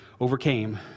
overcame